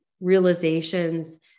realizations